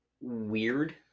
weird